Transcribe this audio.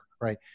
right